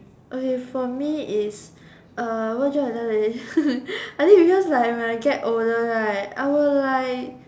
okay for me is what's that I done already I think it's just like when I get older right I will like